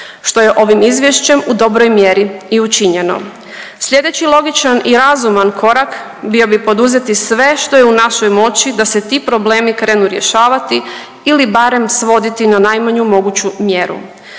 što je ovim izvješćem u dobroj mjeri i učinjeno. Slijedeći logičan i razuman korak bio bi poduzeti sve što je u našoj moći da se ti problemi krenu rješavati ili barem svoditi na najmanju moguću mjeru.